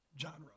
genre